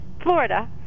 Florida